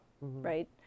right